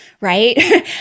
right